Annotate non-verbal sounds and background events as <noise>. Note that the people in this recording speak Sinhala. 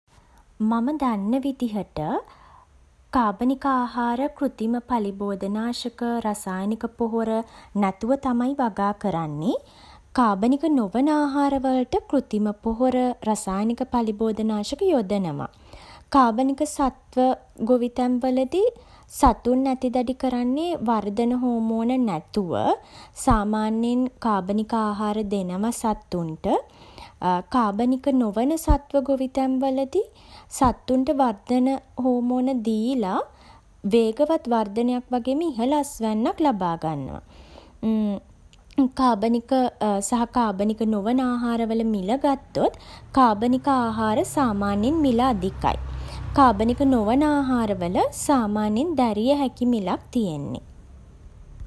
මම දන්න විදිහට, කාබනික ආහාර, කෘතිම පළිබෝධනාශක, රසායනික පොහොර නැතුව තමයි වගා කරන්නේ. කාබනික නොවන ආහාර වලට කෘතිම පොහොර, රසායනික පළිබෝධනාශක යොදනවා. කාබනික සත්ව ගොවිතැන් වලදී, සතුන් ඇති දැඩි කරන්නේ වර්ධන හෝමෝන නැතුව. සාමාන්‍යයෙන් කාබනික ආහාර දෙනවා සත්තුන්ට. <hesitation> කාබනික නොවන සත්ව ගොවිතැන් වලදී, සත්තුන්ට වර්ධන හෝමෝන දීලා, වේගවත් වර්ධනයක් වගේම ඉහළ අස්වැන්නක් ලබා ගන්නවා. <hesitation> කාබනික සහ කාබනික නොවන ආහාරවල මිල ගත්තොත්, කාබනික ආහාර සාමාන්‍යයෙන් මිල අධිකයි <noise> කාබනික නොවන ආහාරවල සාමාන්‍යයෙන් දැරිය හැකි මිලක් තියෙන්නේ.